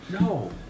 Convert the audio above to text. No